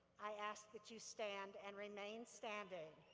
i ask that you stand and remain standing.